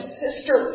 sister